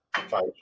five